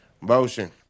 Motion